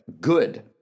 good